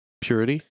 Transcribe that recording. Purity